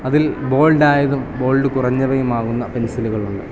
അതിൽ ബോൾഡായതും ബോൾഡ് കുറഞ്ഞവയുമാകുന്ന പെൻസിലുകളുണ്ട്